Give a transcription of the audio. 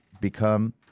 become